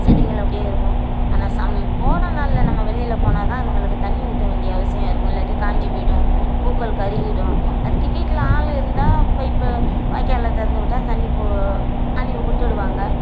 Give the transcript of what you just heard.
செடிகள் அப்படியே இருக்கும் ஆனால் சம் கோடை நாளில் நம்ம வெளியில் போனால் தான் அதுகளுக்கு தண்ணி ஊற்ற வேண்டிய அவசியம் இருக்கும் இல்லாட்டி காஞ்சு போய்விடும் பூக்கள் கருகிவிடும் அதுக்கு வீட்டில் ஆள் இருந்தால் பைப்பை வாய்க்காலை திறந்து விட்டால் தண்ணி போ தண்ணி விட்டுடுவாங்க